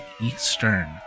Eastern